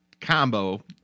combo